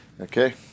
Okay